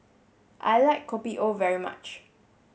I like Kopi O very much